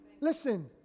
Listen